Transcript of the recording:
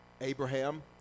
Abraham